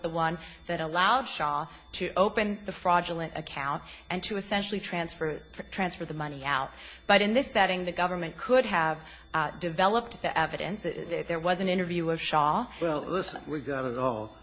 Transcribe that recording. the one that allowed shaw to open the fraudulent account and to essentially transfer transfer the money out but in this setting the government could have developed the evidence that there was an interview of shaw well listen we've got a